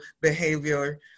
behavior